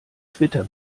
twitter